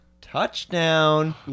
Touchdown